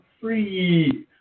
Free